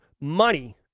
money